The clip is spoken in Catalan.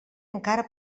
encara